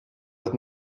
with